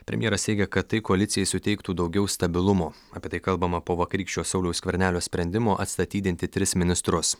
premjeras teigia kad tai koalicijai suteiktų daugiau stabilumo apie tai kalbama po vakarykščio sauliaus skvernelio sprendimo atstatydinti tris ministrus